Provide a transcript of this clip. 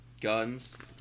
guns